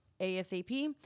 ASAP